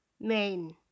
main